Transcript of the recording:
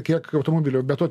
kiek automobilių be to